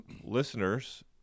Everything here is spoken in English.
listeners